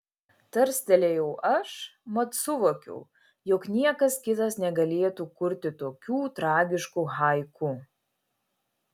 tarstelėjau aš mat suvokiau jog niekas kitas negalėtų kurti tokių tragiškų haiku